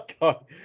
God